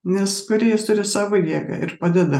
nes kūrėjas turi savo jėgą ir padeda